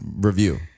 review